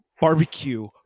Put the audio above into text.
barbecue